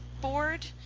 board